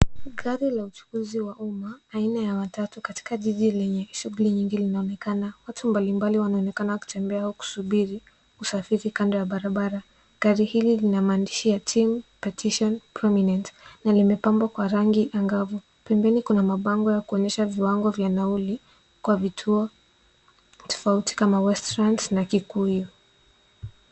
Gari la uchukuzi la umma aina ya matatu katika jiji lenye shuguli nyingi lenye linaonekana, watu mbalimbali wanaonekana wakitembea au kusubiri usafiri kando ya barabara, gari hili lina maandishi ya Team Petition Prominent na limepambwa kwa rangi angavu, pembeni kuna mabango ya kuonyesha viwango vya nauli kwa vituo tofauti kama west lands na kikuyu.